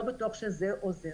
לא בטוח שזה עוזר